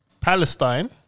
Palestine